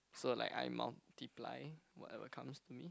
so like I multiply whatever comes to me